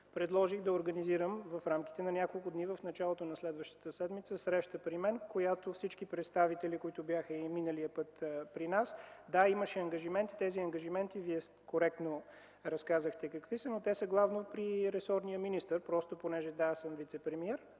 предложих да организирам, в рамките на няколко дни в началото на следващата седмица, среща при мен, на която да присъстват всички представители, които и миналия път бяха при нас. Да, имаше ангажименти и Вие коректно разказахте какви са. Но те са главно при ресорния министър. Просто понеже, да, аз съм вицепремиер,